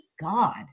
God